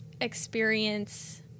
experience